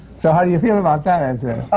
so how do you feel about that? and